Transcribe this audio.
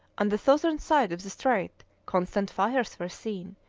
on the southern side of the strait constant fires were seen,